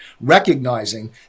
recognizing